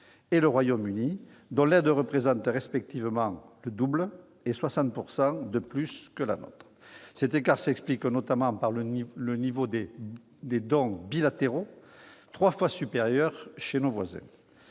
et le Royaume-Uni, dont l'aide représente respectivement le double et 60 % de plus que la nôtre. Cet écart s'explique notamment par le niveau des dons bilatéraux, trois fois supérieur chez nos voisins.